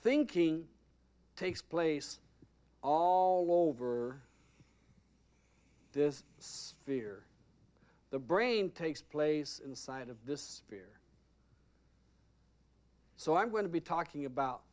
thinking takes place all over this sphere the brain takes place inside of this fear so i'm going to be talking about